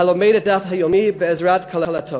הלומד את הדף היומי בעזרת קלטות.